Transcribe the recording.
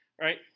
right